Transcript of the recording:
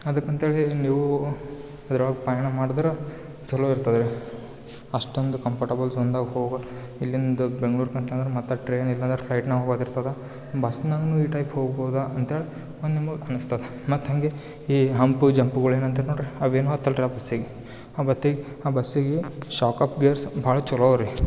ಅದಕ್ಕೆ ಅಂತೇಳಿ ನೀವು ಇದ್ರೊಳಗೆ ಪಯಣ ಮಾಡಿದ್ರೆ ಚಲೋ ಇರ್ತದ್ರಿ ಅಷ್ಟೊಂದು ಕಂಫರ್ಟೆಬಲ್ ಜೋನ್ದಾಗ ಹೋಗ್ಬೇಕು ಇಲ್ಲಿಂದ ಬೆಂಗ್ಳೂರು ಬಂತಂದ್ರೆ ಮತ್ತು ಟ್ರೇನ್ ಇಲ್ಲಾಂದ್ರೆ ಫ್ಲೈಟ್ನಾಗ ಹೋಗೋದಿರ್ತದೆ ಬಸ್ನಾಗ್ ಈ ಟೈಪ್ ಹೋಗ್ಬೊದ ಅಂತೇಳಿ ಹಂಗೆ ನಿಮಗು ಅನಿಸ್ತದ ಮತ್ತು ಹಂಗೆ ಈ ಹಂಪು ಜಂಪುಗಳೇನತ್ತಿರು ನೋಡ್ರಿ ಅವೆನು ಹತ್ತಲ್ಲ ರೀ ಆ ಬಸ್ಸಿಗೆ ಅವತ್ತೇ ಆ ಬಸ್ಸಿಗೆ ಶೊಕ್ ಆಫ್ ಗೆರ್ಸ್ ಭಾಳ ಚಲೋ ರೀ